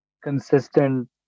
consistent